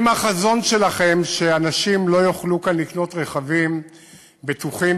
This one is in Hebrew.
אם החזון שלכם הוא שאנשים לא יוכלו לקנות כאן רכבים בטוחים,